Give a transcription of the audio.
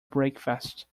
breakfast